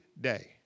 day